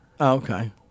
Okay